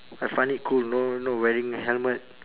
I find it cool know not wearing helmet